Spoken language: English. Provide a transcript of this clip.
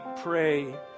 pray